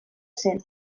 zen